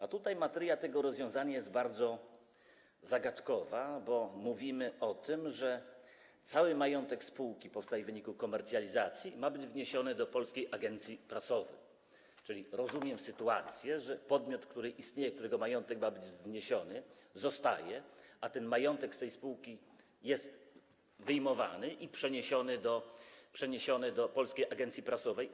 A tutaj materia tego rozwiązania jest bardzo zagadkowa, bo mówimy o tym, że cały majątek spółki powstaje w wyniku komercjalizacji i ma być wniesiony do Polskiej Agencji Prasowej, czyli rozumiem tę sytuację tak, że podmiot, który istnieje, którego majątek ma być wniesiony, zostaje, a majątek z tej spółki jest wyjmowany i przeniesiony do Polskiej Agencji Prasowej.